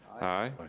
aye. aye.